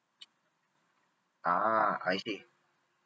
ah I see